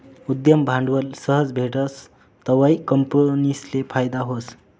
उद्यम भांडवल सहज भेटस तवंय कंपनीसले फायदा व्हस